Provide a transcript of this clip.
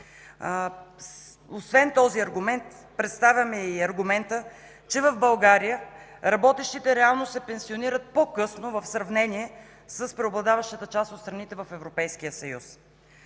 Освен този аргумент представяме и аргумента, че в България работещите реално се пенсионират по-късно в сравнение с преобладаващата част от страните в Европейския съюз.